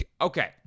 Okay